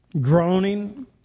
groaning